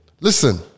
Listen